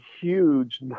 huge